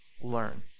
learn